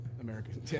American